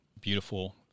beautiful